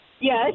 Yes